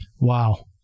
Wow